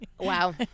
Wow